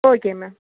okay ma'am